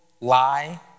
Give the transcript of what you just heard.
lie